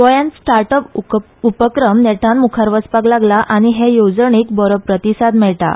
गोंयांत स्टार्टअप उपक्रम नेटान मुखार वचपाक लागला आनी हे येवजणेक बरो प्रतिसाद मेळटा